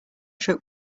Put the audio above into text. truck